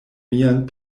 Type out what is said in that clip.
mian